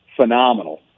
phenomenal